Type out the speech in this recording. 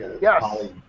Yes